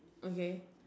okay